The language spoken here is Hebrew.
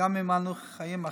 וגם אם אנו חיים אחרת,